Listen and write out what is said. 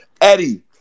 Eddie